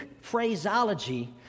phraseology